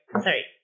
Sorry